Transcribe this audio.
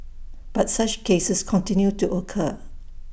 but such cases continue to occur